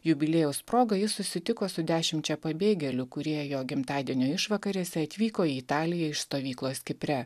jubiliejaus proga jis susitiko su dešimčia pabėgėlių kurie jo gimtadienio išvakarėse atvyko į italiją iš stovyklos kipre